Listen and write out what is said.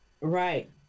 right